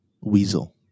weasel